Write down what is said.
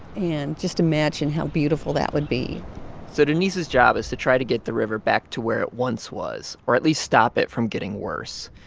and just imagine how beautiful that would be so denise's job is to try to get the river back to where it once was or at least stop it from getting worse.